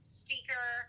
speaker